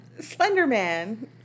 Slenderman